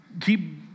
keep